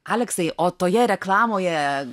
aleksai o toje reklamoje